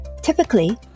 Typically